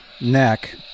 neck